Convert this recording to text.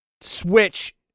Switch